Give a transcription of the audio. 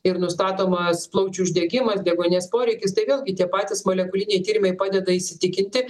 ir nustatomas plaučių uždegimas deguonies poreikis tai vėlgi tie patys molekuliniai tyrimai padeda įsitikinti